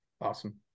Awesome